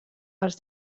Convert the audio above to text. els